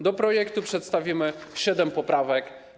Do projektu przedstawimy siedem poprawek.